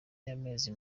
y’amezi